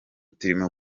turimo